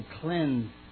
cleanse